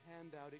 handout